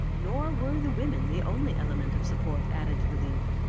nor were the women the only element of support added to the league.